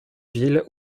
villes